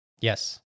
Yes